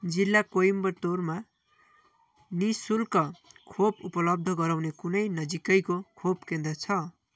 जिल्ला कोइम्बतुरमा नि शुल्क खोप उपलब्ध गराउने कुनै नजिकैको खोप केन्द्र छ